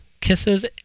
kisses